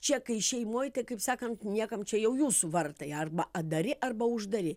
čia kai šeimoj tai kaip sakant niekam čia jau jūsų vartai arba atdari arba uždari